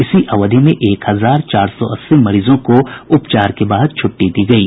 इसी अवधि में एक हजार चार सौ अस्सी मरीजों को उपचार के बाद छुट्टी दी गयी